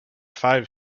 five